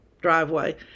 driveway